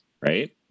Right